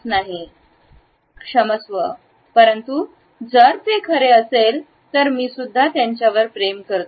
क्षमस्व परंतु जर ते खरे असेल तर मीसुद्धा त्याच्यावर प्रेम करतो